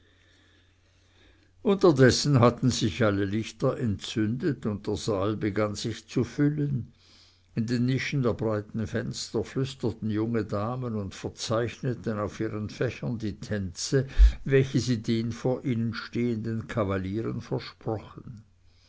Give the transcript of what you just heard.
unterdessen hatten sich alle lichter entzündet und der saal begann sich zu füllen in den nischen der breiten fenster flüsterten junge damen und verzeichneten auf ihren fächern die tänze welche sie den vor ihnen stehenden kavalieren versprochen